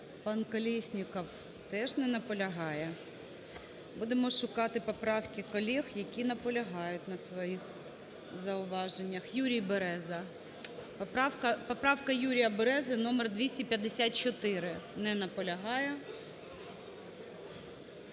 Пан Колєсніков теж не наполягає. Будемо шукати поправки колег, які наполягають на своїх зауваженнях. Юрій Береза, поправка Юрія Берези номер 254, не наполягає.